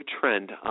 trend